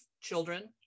children